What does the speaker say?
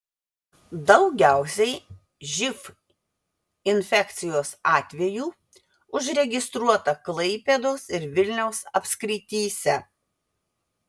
daugiausiai živ infekcijos atvejų užregistruota klaipėdos ir vilniaus apskrityse